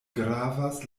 gravas